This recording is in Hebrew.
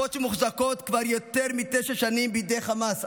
גופות שמחוזקות כבר יותר מתשע שנים בידי חמאס,